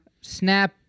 Snap